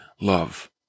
love